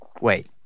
Wait